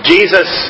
Jesus